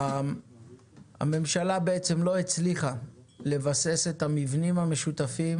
הממשלה לא הצליחה לבסס את המבנים המשותפים